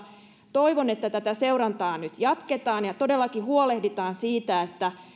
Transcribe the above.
toivon että tätä seurantaa nyt jatketaan ja todellakin huolehditaan siitä että